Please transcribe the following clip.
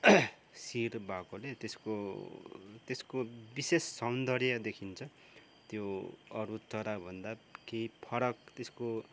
शिर भएकोले त्यसको त्यसको विशेष सौन्दर्य देखिन्छ त्यो अरू चराभन्दा केही फरक त्यसको